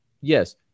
Yes